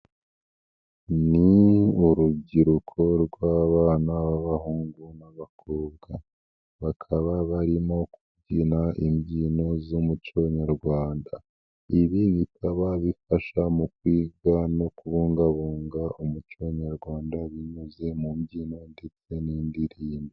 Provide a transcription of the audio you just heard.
Ni urubyiruko rw'abana b'abahungu n'abakobwa bakaba barimo kubyina imbyino z'umuco nyarwanda ibi bikaba bifasha mu kwiga no kubungabunga umuco nyarwanda binyuze mu mbyino ndetse n'indirimbo.